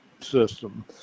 system